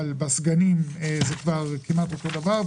אבל בסגנים זה כמעט אותו דבר.